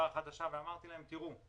ואמרתי להם: תראו,